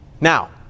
Now